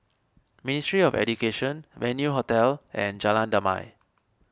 Ministry of Education Venue Hotel and Jalan Damai